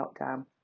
lockdown